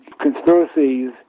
conspiracies